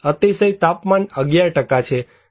અતિશય તાપમાન 11 છે